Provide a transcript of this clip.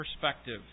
perspective